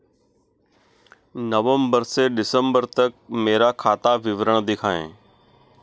नवंबर से दिसंबर तक का मेरा खाता विवरण दिखाएं?